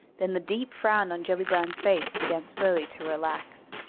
then the deep frown on gellibrand's face began slowly to relax,